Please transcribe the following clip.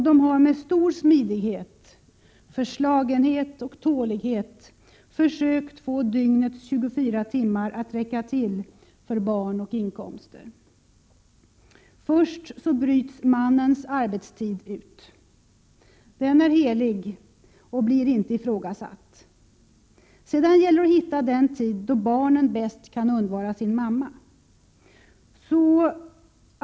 De har med stor smidighet, förslagenhet och tålighet försökt få dygnets 24 timmar att räcka till för barn och inkomster. Först bryts mannens arbetstid ut. Den är helig och blir inte ifrågasatt. Sedan gäller det att hitta den tid då barnen bäst kan undvara sin mamma.